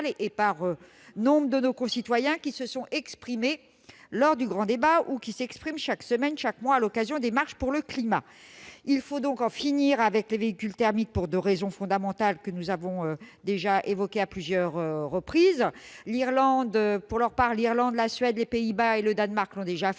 et par nombre de nos concitoyens, qui se sont exprimés lors du grand débat ou qui participent chaque semaine, chaque mois aux marches pour le climat. Il faut en finir avec les véhicules thermiques pour les deux raisons fondamentales que nous avons déjà évoquées à plusieurs reprises. L'Irlande, la Suède, les Pays-Bas et le Danemark l'ont déjà fait